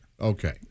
Okay